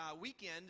weekend